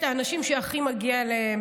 באמת, האנשים שהכי מגיע להם.